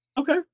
Okay